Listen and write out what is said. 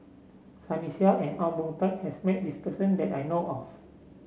Sunny Sia and Ong Boon Tat has met this person that I know of